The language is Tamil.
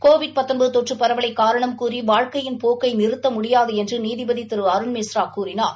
கோவிட் தொற்று பரவலை காரணம்கூறி வாழ்க்கையின் போக்கை நிறுத்த முடியாது என்று நீதிபதி திரு அருண்மிஸ்ரா கூறினார்